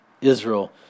Israel